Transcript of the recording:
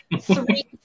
three